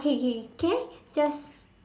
okay okay can I just